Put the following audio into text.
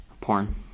Porn